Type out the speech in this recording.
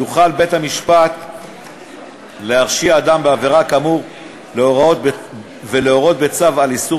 יוכל בית-המשפט להרשיע אדם בעבירה כאמור ולהורות בצו על איסור